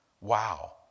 Wow